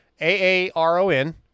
A-A-R-O-N